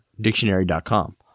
Dictionary.com